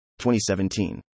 2017